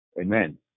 Amen